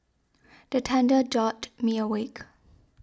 the thunder jolt me awake